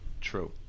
True